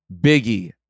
Biggie